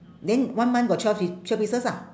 then one month got twelve piece twelve pieces ah